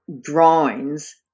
drawings